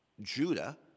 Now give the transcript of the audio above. Judah